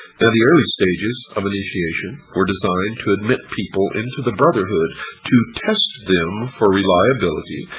now, the early stages of initiation were designed to admit people into the brotherhood to test them for reliability,